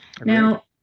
Now